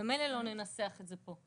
במילא לא ננסח את זה פה.